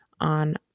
on